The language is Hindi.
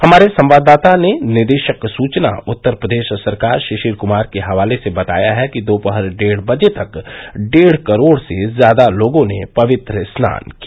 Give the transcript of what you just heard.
हमारे संवाददाता ने निदेशक सूचना उत्तर प्रदेश सरकार शिशिर कुमार के हवाले से बताया है कि दोपहर डेढ़ बजे तक डेढ़ करोड़ से ज्यादा लोगों ने पवित्र स्नान किया